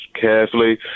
carefully